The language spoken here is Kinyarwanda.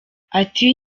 ati